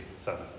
seven